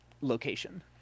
location